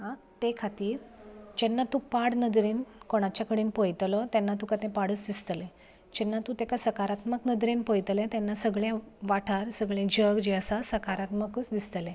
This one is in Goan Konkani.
आं तें खतीर जेन्ना तूं पाड नदरेन कोणाच कडेन पयतलो तेन्ना तुका तें पडच दिसतले जेन्ना तेका तूं सकारात्मक नदरेन पयतले तेन्ना सगळे वाठार सगळे जग आसा सकारात्मकूच दिसतले